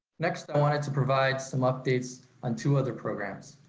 next, i wanted to provide some updates on two other programs.